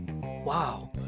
Wow